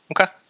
Okay